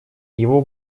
его